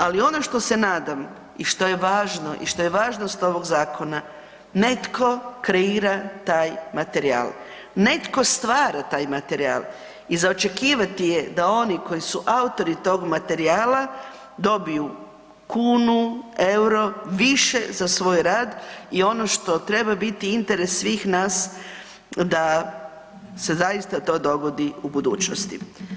Ali ono što se nadam i što je važno i što je važnost ovog zakona netko kreira taj materijal, netko stvara taj materijal i za očekivati je da oni koji su autori tog materijala dobiju kunu, euro više za svoj rad i ono što treba biti interes svih nas da se zaista to dogodi u budućnosti.